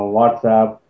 WhatsApp